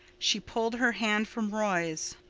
she pulled her hand from roy's.